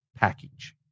package